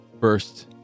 first